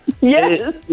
Yes